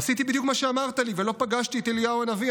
עשיתי בדיוק מה שאמרת לי ולא פגשתי את אליהו הנביא,